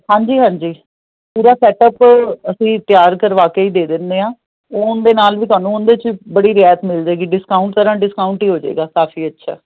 ਹਾਂਜੀ ਹਾਂਜੀ ਪੂਰਾ ਸੈਟ ਅਪ ਅਸੀਂ ਤਿਆਰ ਕਰਵਾ ਕੇ ਹੀ ਦੇ ਦਿੰਦੇ ਆਂ ਉਹ ਉਹਦੇ ਨਾਲ ਵੀ ਤੁਹਾਨੂੰ ਉਹਦੇ ਚ ਬੜੀ ਰਿਆਇਤ ਮਿਲ ਜਾਏਗੀ ਡਿਸਕਾਊਂਟ ਕਰਨ ਡਿਸਕਾਊਂਟ ਹੀ ਹੋ ਜਾਏਗਾ ਕਾਫੀ ਅੱਛਾ